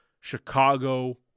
Chicago